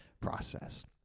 process